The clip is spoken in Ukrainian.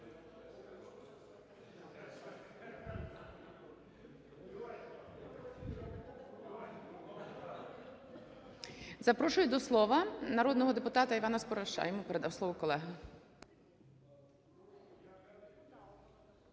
Запрошую до слова народного депутата Івана Спориша. Йому передав слово колега.